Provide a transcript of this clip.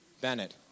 Bennett